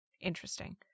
interesting